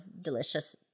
delicious